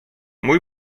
mój